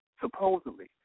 supposedly